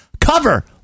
cover